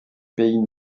pays